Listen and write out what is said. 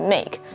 Make